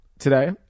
today